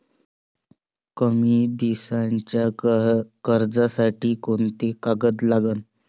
कमी दिसाच्या कर्जासाठी कोंते कागद लागन?